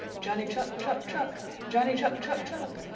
johnny chuck, chuck, chuck! johnny chuck, chuck, chuck!